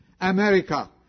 America